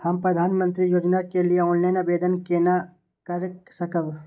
हम प्रधानमंत्री योजना के लिए ऑनलाइन आवेदन केना कर सकब?